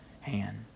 hand